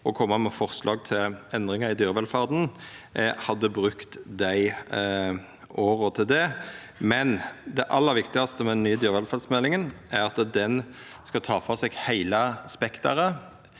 og koma med forslag til endringar i dyrevelferda, hadde brukt dei åra til det. Men det aller viktigaste med den nye dyrevelferdsmeldinga er at ein skal ta for seg heile spekteret